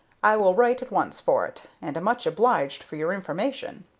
i will write at once for it, and am much obliged for your information.